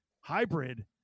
hybrid